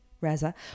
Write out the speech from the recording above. Reza